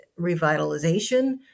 revitalization